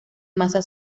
masa